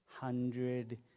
hundred